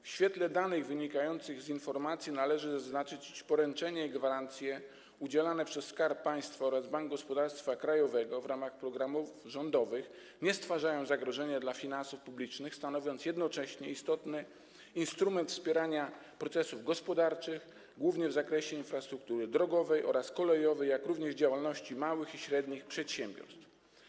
W świetle danych wynikających z informacji należy zaznaczyć, iż poręczenia i gwarancje udzielane przez Skarb Państwa oraz Bank Gospodarstwa Krajowego w ramach programów rządowych nie stwarzają zagrożenia dla finansów publicznych, stanowiąc jednocześnie istotny instrument wspierania procesów gospodarczych, głównie w zakresie infrastruktury drogowej oraz kolejowej, jak również działalności małych i średnich przedsiębiorstw.